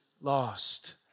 lost